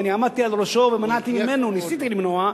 ואני עמדתי על ראשו ומנעתי ממנו, ניסיתי למנוע.